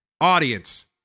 Audience